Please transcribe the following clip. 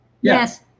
Yes